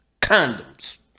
Condoms